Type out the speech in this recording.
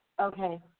Okay